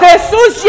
Jesus